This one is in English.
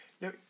No